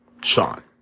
Sean